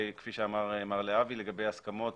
כפי שאמר מר להבי, לגבי הסכמות